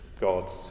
God's